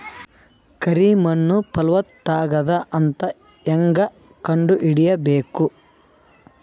ಕರಿ ಮಣ್ಣು ಫಲವತ್ತಾಗದ ಅಂತ ಹೇಂಗ ಕಂಡುಹಿಡಿಬೇಕು?